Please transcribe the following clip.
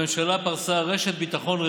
הממשלה פרסה רשת ביטחון רחבה,